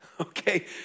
Okay